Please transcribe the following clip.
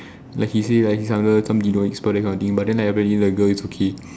like he say like this kind of girl he's an expert that kind of thing but like apparently like the girl is okay